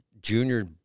Junior